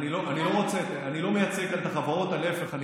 אני לא מייצג כאן את החברות אלא להפך,